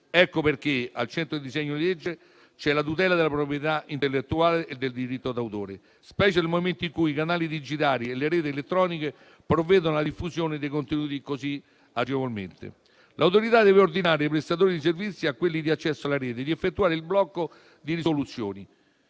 Ecco perché al centro del disegno di legge c'è la tutela della proprietà intellettuale e del diritto d'autore, specie nel momento in cui i canali digitali e le reti elettroniche provvedono alla diffusione dei contenuti così agevolmente. L'Autorità deve ordinare ai prestatori di servizio e a quelli di accesso alla rete di effettuare il blocco di risoluzione